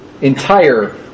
entire